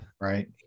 right